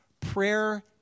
prayer